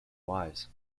wives